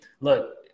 look